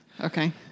Okay